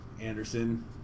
Anderson